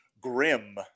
Grim